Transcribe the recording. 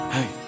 Hey